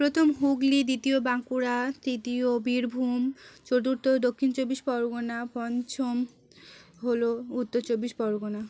প্রথম হুগলি দ্বিতীয় বাঁকুড়া তৃতীয় বীরভূম চতুর্থ দক্ষিণ চব্বিশ পরগনা পঞ্চম হল উত্তর চব্বিশ পরগনা